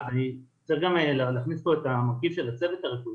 צריך גם להכניס כאן את המרכיב של הצוות הרפואי